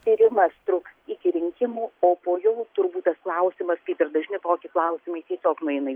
tyrimas truks iki rinkimų o po jų turbūt tas klausimas kaip ir dažni tokie klausimai tiesiog nueina į